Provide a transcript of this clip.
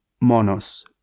monos